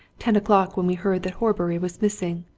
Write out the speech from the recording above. ten o'clock when we heard that horbury was missing.